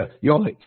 Y'all